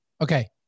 Okay